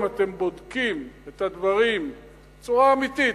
אם אתם בודקים את הדברים בצורה אמיתית,